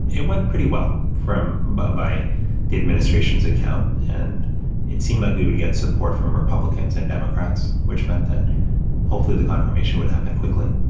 it went pretty well from by by the administration's account, and it seemed like we would get support from republicans and democrats, which meant that hopefully the confirmation would happen quickly.